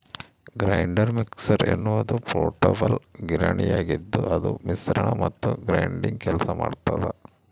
grinder mixer ಎನ್ನುವುದು portable ಗಿರಣಿಯಾಗಿದ್ದುಅದು ಮಿಶ್ರಣ ಮತ್ತು ಗ್ರೈಂಡಿಂಗ್ ಕೆಲಸ ಮಾಡ್ತದ